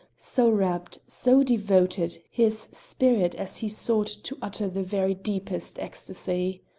so rapt, so devoted, his spirit as he sought to utter the very deepest ecstasy.